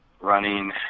running